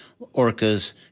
orcas